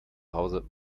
hause